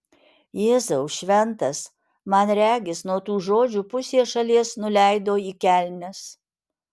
jėzau šventas man regis nuo tų žodžių pusė šalies nuleido į kelnes